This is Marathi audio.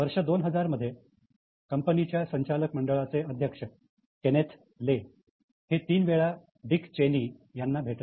वर्ष 2000 मध्ये कंपनीच्या संचालक मंडळाचे अध्यक्ष केनेथ ले हे तीन वेळा डिक चेनी यांना भेटले